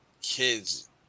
kids